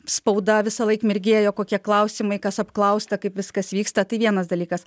spauda visąlaik mirgėjo kokie klausimai kas apklausta kaip viskas vyksta tai vienas dalykas